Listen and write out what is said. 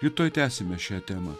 rytoj tęsime šią temą